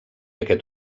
aquest